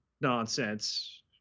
nonsense